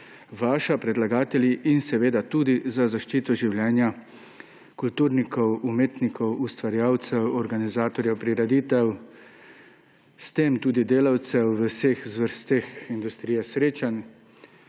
vaša, predlagatelji, in seveda tudi za zaščito življenja kulturnikov, umetnikov, ustvarjalcev, organizatorjev prireditev, s tem tudi delavcev v vseh zvrsteh industrije srečanj.